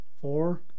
four